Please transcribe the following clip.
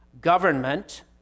government